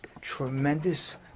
tremendous